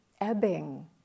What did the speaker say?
ebbing